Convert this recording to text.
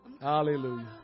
Hallelujah